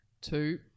Two